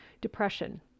depression